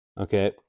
okay